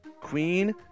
Queen